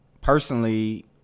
Personally